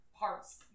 parts